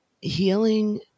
Healing